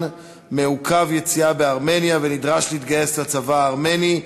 מעוכב יציאה בארמניה ונדרש להתגייס לצבא הארמני,